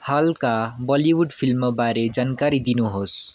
हालका बलिउड फिल्मबारे जानकारी दिनु होस्